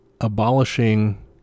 abolishing